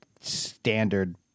standard